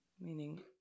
meaning